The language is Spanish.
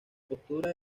postura